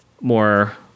more